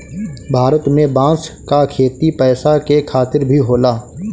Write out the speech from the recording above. भारत में बांस क खेती पैसा के खातिर भी होला